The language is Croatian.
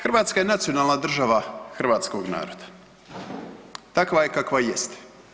Hrvatska je nacionalna država hrvatskog naroda, takva je kakva jeste.